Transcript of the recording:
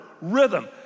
rhythm